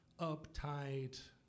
uptight